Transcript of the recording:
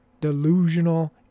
delusional